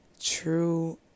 true